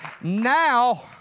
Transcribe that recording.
Now